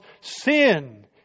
sin